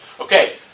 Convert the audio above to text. Okay